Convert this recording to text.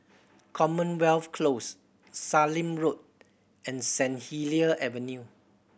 Commonwealth Close Sallim Road and Saint Helier Avenue